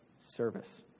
service